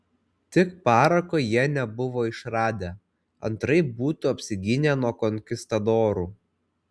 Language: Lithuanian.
tik parako jie nebuvo išradę antraip būtų apsigynę nuo konkistadorų